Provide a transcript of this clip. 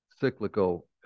cyclical